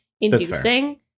inducing